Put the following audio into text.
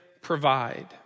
provide